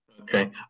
Okay